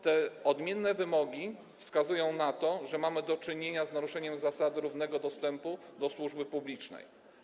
Te odmienne wymogi wskazują na to, że mamy do czynienia z naruszeniem zasady równego dostępu do służby publicznej.